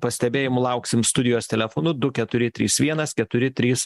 pastebėjimų lauksime studijos telefonu du keturi trys vienas keturi trys